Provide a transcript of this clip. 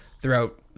throughout